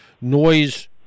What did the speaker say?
noise